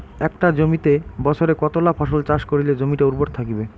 একটা জমিত বছরে কতলা ফসল চাষ করিলে জমিটা উর্বর থাকিবে?